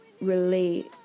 relate